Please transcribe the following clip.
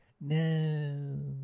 No